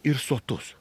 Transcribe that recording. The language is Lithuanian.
ir sotus